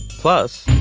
plus